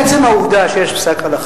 עצם העובדה, עצם העובדה שיש פסק הלכה.